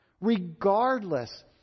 Regardless